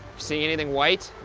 seeing anything white?